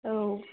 औ